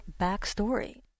backstory